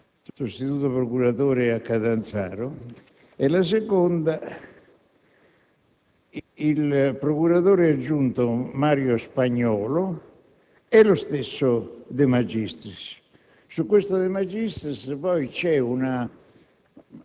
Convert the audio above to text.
sostituto procuratore a Catanzaro, e, la seconda, il procuratore aggiunto Mario Spagnolo e lo stesso De Magistris. Su questo De Magistris è stata